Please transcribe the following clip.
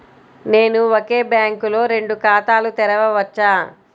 నేను ఒకే బ్యాంకులో రెండు ఖాతాలు తెరవవచ్చా?